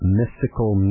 mystical